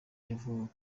yavugaga